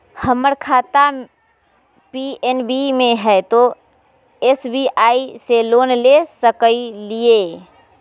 हमर खाता पी.एन.बी मे हय, तो एस.बी.आई से लोन ले सकलिए?